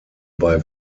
bei